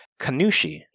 kanushi